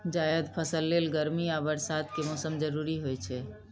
जायद फसल लेल गर्मी आ बरसात के मौसम जरूरी होइ छै